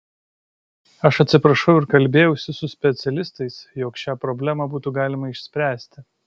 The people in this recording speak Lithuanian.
aš atsiprašiau ir kalbėjausi su specialistais jog šią problemą būtų galima išspręsti